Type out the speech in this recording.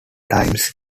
times